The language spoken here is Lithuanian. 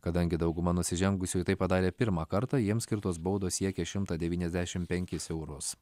kadangi dauguma nusižengusiųjų tai padarė pirmą kartą jiems skirtos baudos siekia šimtą devyniasdešim penkis eurus